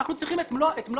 אנחנו צריכים את מלוא הסמכויות.